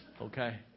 Okay